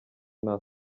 nta